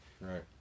right